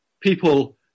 people